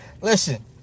Listen